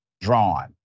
drawn